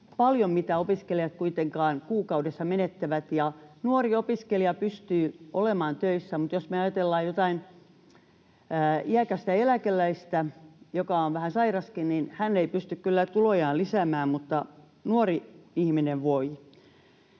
paljon, mitä opiskelijat kuukaudessa menettävät. Nuori opiskelija pystyy olemaan töissä, mutta jos me ajatellaan jotain iäkästä eläkeläistä, joka on vähän sairaskin, niin hän ei pysty kyllä tulojaan lisäämään, nuori ihminen voi.